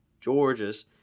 George's